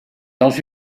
dans